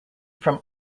from